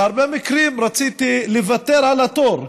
בהרבה מקרים רציתי לוותר על התור,